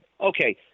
Okay